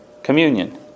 Communion